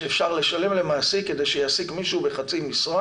שאפשר לשלם למעסיק כדי שיעסיק מישהו בחצי משרה